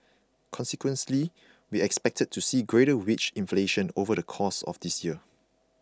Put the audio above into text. consequently we expect to see greater wage inflation over the course of this year